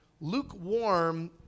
lukewarm